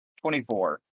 twenty-four